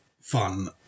fun